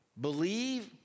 believe